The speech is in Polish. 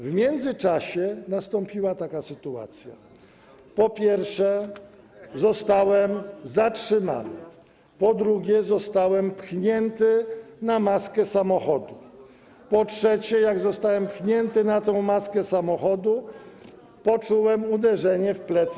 W międzyczasie nastąpiła taka sytuacja: po pierwsze, zostałem zatrzymany, po drugie, zostałem pchnięty na maskę samochodu, po trzecie, jak zostałem pchnięty na tę maskę samochodu, poczułem uderzenie z tyłu, w plecy.